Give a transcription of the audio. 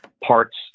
parts